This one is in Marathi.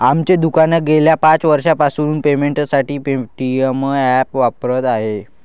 आमचे दुकान गेल्या पाच वर्षांपासून पेमेंटसाठी पेटीएम ॲप वापरत आहे